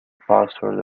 password